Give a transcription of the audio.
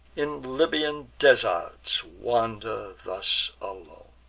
in libyan desarts wander thus alone.